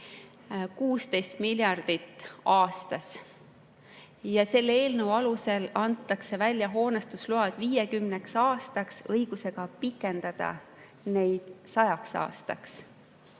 16 miljardit aastas. Selle eelnõu alusel antakse välja hoonestusload 50 aastaks õigusega pikendada neid 100 aastaks,